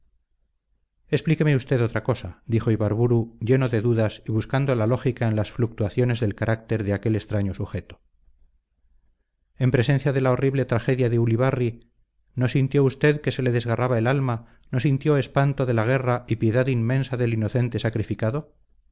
explíqueme usted otra cosa dijo ibarburu lleno de dudas y buscando la lógica en las fluctuaciones del carácter de aquel extraño sujeto en presencia de la horrible tragedia de ulibarri no sintió usted que se le desgarraba el alma no sintió espanto de la guerra y piedad inmensa del inocente sacrificado